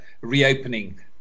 reopening